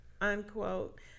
unquote